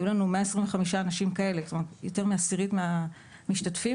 היו לנו 125 אנשים כאלה, יותר מעשירית מהמשתתפים.